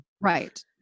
Right